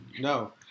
No